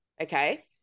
okay